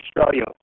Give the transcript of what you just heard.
Australia